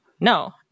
No